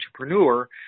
entrepreneur